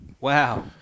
Wow